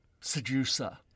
seducer